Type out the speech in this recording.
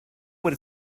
what